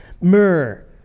Myrrh